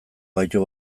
gaitu